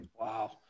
Wow